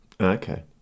Okay